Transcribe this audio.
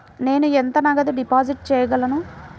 నేను ఎంత నగదు డిపాజిట్ చేయగలను?